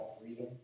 freedom